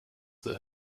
that